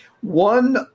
one